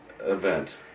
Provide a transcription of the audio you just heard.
event